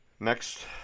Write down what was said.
Next